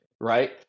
right